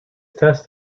test